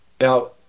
Now